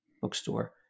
bookstore